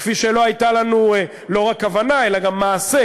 כפי שלא הייתה לנו לא רק כוונה אלא גם מעשה,